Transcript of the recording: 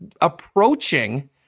approaching